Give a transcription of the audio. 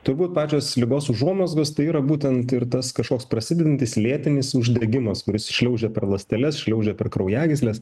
turbūt pačios ligos užuomazgos tai yra būtent ir tas kažkoks prasidedantis lėtinis uždegimas kuris šliaužia per ląsteles šliaužia per kraujagysles